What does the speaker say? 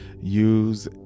use